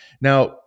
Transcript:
now